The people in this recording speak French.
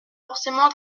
forcément